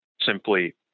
simply